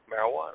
marijuana